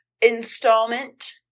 installment